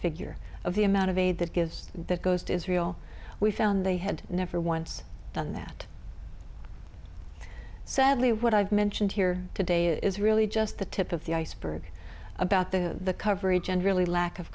figure of the amount of aid that gives that goes to israel we found they had never once done that sadly what i've mentioned here today is really just the tip of the iceberg about the coverage and really lack of